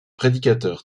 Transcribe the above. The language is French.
prédicateur